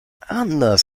anders